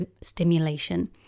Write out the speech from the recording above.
stimulation